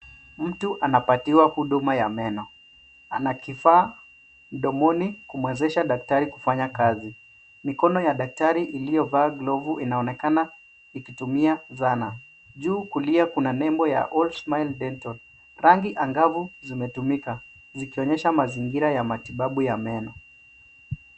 Mtu anapatiwa huduma ya meno. Ana kifaa mdomoni kumwezesha daktari kufanya kazi. Mikono ya daktari iliyovaa glovu inaonekana ikitumia zana. Juu kulia kuna nembo ya all smile dental . Rangi angavu zimetumika, zikionyesha mazingira ya matibabu ya meno.